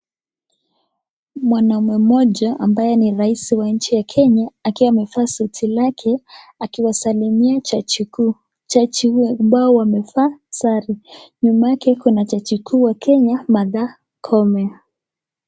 Mwanaume moja akiwa ni raisi wa Kenya, akiwa amevaa suti lake akiwasalimia jaji mkuu jaji hawa wamevaa sare nyuma yake kuna jaji mkuu ya Kenya Martha Koome.